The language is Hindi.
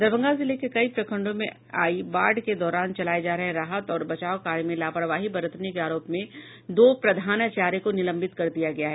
दरभंगा जिले के कई प्रखंडों में आई बाढ़ के दौरान चलाये जा रहे राहत और बचाव कार्य में लापरवाही बरतने के आरोप में दो प्रधानाचार्य को निलंबित कर दिया गया है